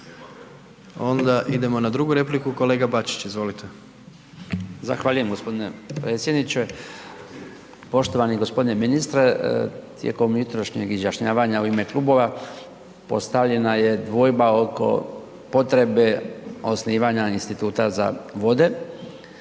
Onda idemo na drugu repliku, kolega Bačić. Izvolite. **Bačić, Branko (HDZ)** Zahvaljujem gospodine predsjedniče. Poštovani gospodine ministre tijekom jutrošnjeg izjašnjavanja u ime klubova postavljena je dvojba oko potrebe osnivanja instituta za vode,